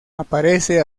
aparece